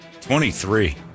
Twenty-three